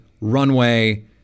runway